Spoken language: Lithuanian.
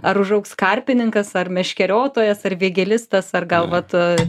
ar užaugs karpininkas ar meškeriotojas ar vėgėlistas ar gal vat